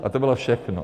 A to bylo všechno.